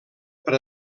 per